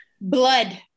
blood